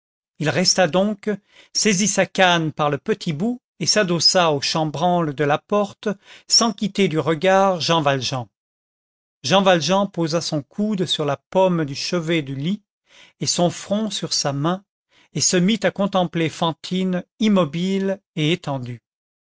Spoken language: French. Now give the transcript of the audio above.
il resta donc saisit sa canne par le petit bout et s'adossa au chambranle de la porte sans quitter du regard jean valjean jean valjean posa son coude sur la pomme du chevet du lit et son front sur sa main et se mit à contempler fantine immobile et étendue